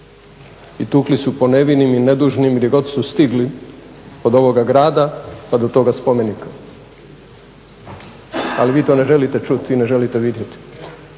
i tukli su po nevinim i nedužnim gdje god su stigli od ovoga grada pa do toga spomenika. Ali vi to ne želite čuti i ne želite vidjeti